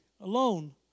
alone